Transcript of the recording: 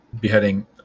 beheading